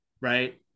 right